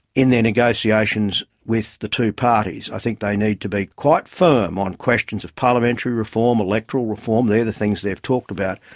in their negotiations with the two parties. i think they need to be quite firm on questions of parliamentary reform, electoral reform, they're the things they've talked about.